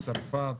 בצרפת,